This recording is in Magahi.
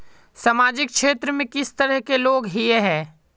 सामाजिक क्षेत्र में किस तरह के लोग हिये है?